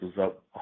up